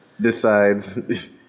decides